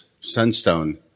Sunstone